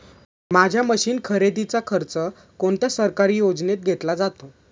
माझ्या मशीन खरेदीचा खर्च कोणत्या सरकारी योजनेत घेतला जातो?